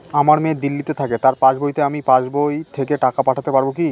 আমার মেয়ে দিল্লীতে থাকে তার পাসবইতে আমি পাসবই থেকে টাকা পাঠাতে পারব কি?